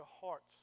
hearts